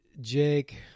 Jake